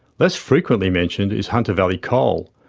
less frequently mentioned is hunter valley coal,